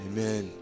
Amen